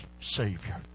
Savior